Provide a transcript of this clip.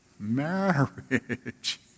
marriage